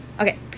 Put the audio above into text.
okay